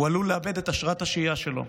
הוא עלול לאבד את אשרת השהייה שלו.